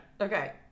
Okay